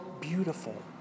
beautiful